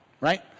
right